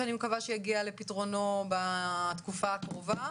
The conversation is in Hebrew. שאני מקווה שיגיע לפתרונו בתקופה הקרובה.